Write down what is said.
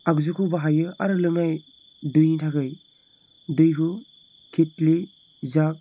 आगजुखौ बाहायो आरो लोंनाय दैनि थाखाय दैहु केटलि जाग